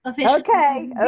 Okay